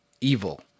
evil